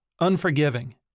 unforgiving